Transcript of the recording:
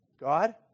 God